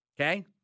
okay